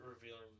revealing